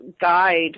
guide